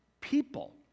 people